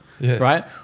right